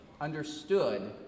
understood